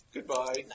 Goodbye